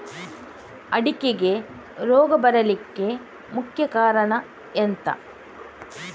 ಅಡಿಕೆಗೆ ರೋಗ ಬರ್ಲಿಕ್ಕೆ ಮುಖ್ಯ ಕಾರಣ ಎಂಥ?